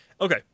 Okay